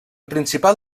principal